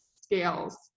scales